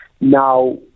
Now